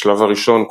בשלב הראשון,